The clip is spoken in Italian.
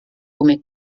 come